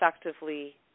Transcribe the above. effectively